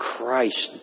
Christ